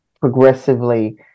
progressively